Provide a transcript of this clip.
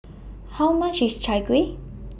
How much IS Chai Kueh